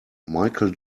michael